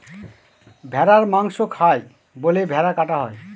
ভেড়ার মাংস খায় বলে ভেড়া কাটা হয়